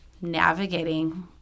navigating